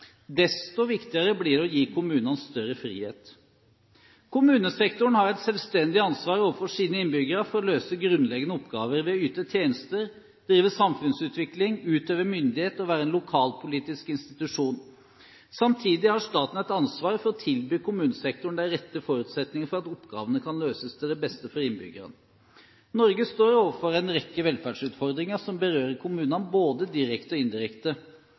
Desto viktigere blir det å gi kommunene større frihet. Kommunesektoren har et selvstendig ansvar overfor sine innbyggere for å løse grunnleggende oppgaver ved å yte tjenester, drive samfunnsutvikling, utøve myndighet og være en lokalpolitisk institusjon. Samtidig har staten et ansvar for å tilby kommunesektoren de rette forutsetninger for at oppgavene kan løses til beste for innbyggerne. Norge står overfor en rekke velferdsutfordringer som berører kommunene både direkte og indirekte.